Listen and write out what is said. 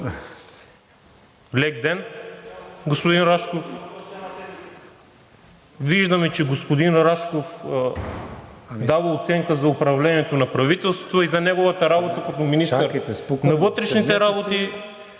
Лек ден, господин Рашков. Виждаме, че господин Рашков дава оценка за управлението на правителството и за неговата работа като министър…